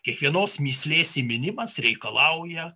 kiekvienos mįslės įminimas reikalauja